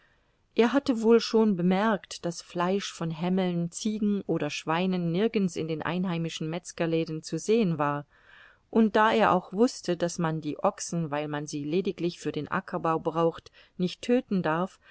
er hatte wohl schon bemerkt daß fleisch von hämmeln ziegen oder schweinen nirgends in den einheimischen metzgerläden zu sehen war und da er auch wußte daß man die ochsen weil man sie lediglich für den ackerbau braucht nicht tödten darf